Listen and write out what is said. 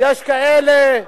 לא לחיסול המדינה.